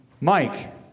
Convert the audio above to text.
mike